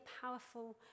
powerful